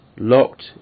locked